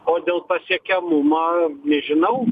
o dėl pasiekiamumo nežinau